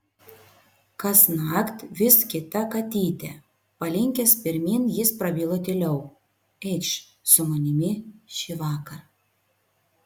kasnakt vis kita katytė palinkęs pirmyn jis prabilo tyliau eikš su manimi šįvakar